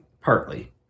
Partly